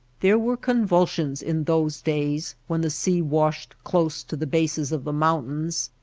there were convulsions in those days when the sea washed close to the bases of the moun tains.